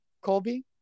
Colby